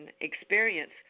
experience